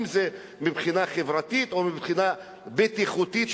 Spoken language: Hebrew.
אם זה מבחינה חברתית או מבחינה בטיחותית,